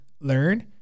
learn